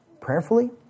prayerfully